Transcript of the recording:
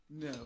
No